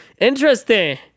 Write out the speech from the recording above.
Interesting